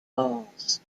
balls